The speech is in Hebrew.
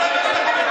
הדתיים,